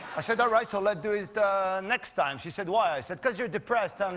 i said all right so let's do it next time. she said why, i said because you're depressed. and